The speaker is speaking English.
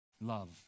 love